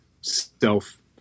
self